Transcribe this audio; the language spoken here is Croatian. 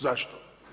Zašto?